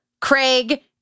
Craig